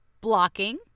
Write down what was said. Blocking